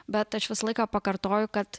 bet aš visą laiką pakartoju kad